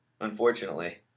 Unfortunately